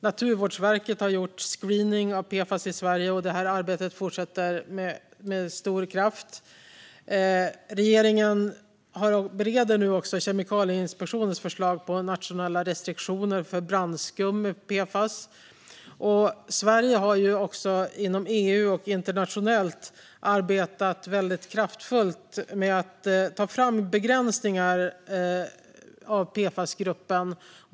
Naturvårdsverket har genomfört screening av PFAS i Sverige, och det arbetet fortsätter med stor kraft. Regeringen bereder nu också Kemikalieinspektionens förslag till nationella restriktioner för brandskum med PFAS. Sverige har också, inom EU och internationellt, arbetat kraftfullt med att ta fram begränsningar för PFAS-gruppen.